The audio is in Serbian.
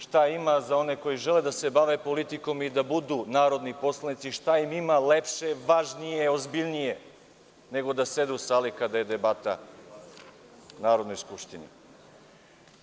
Šta ima za one koji žele da se bave politikom i da budu narodni poslanici, šta ima lepše, važnije i ozbiljnije nego da sede u sali kada je debata Narodne skupštine?